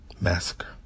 massacre